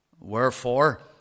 Wherefore